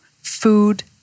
food